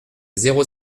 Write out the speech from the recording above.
zéro